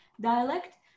dialect